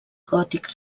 gòtic